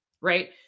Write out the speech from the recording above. Right